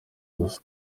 gusa